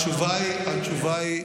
התשובה היא,